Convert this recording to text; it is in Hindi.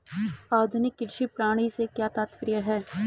आधुनिक कृषि प्रणाली से क्या तात्पर्य है?